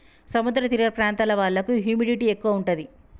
సముద్ర తీర ప్రాంతాల వాళ్లకు హ్యూమిడిటీ ఎక్కువ ఉంటది